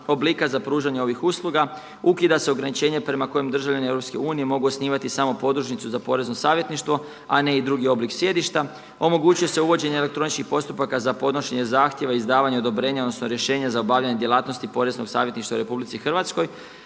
oblika za pružanje ovih usluga, ukida se ograničenje prema kojima državljani Europske unije mogu osnivati samo podružnicu za porezno savjetništvo, a ne i drugi oblik sjedišta. Omogućuje se uvođenje elektroničkih postupaka za podnošenje zahtjeva i izdavanja odobrenja, odnosno rješenje za obavljanje djelatnosti poreznog savjetništva u Republici Hrvatskoj.